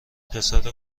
پسر